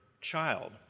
child